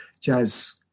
Jazz